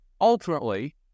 ultimately